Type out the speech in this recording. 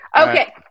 Okay